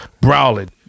brawling